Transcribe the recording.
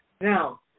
Now